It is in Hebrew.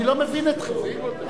אני לא מבין אתכם.